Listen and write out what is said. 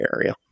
area